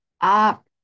up